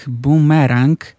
bumerang